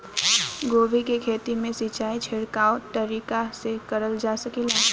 गोभी के खेती में सिचाई छिड़काव तरीका से क़रल जा सकेला?